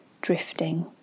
drifting